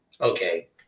Okay